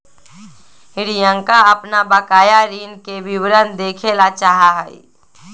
रियंका अपन बकाया ऋण के विवरण देखे ला चाहा हई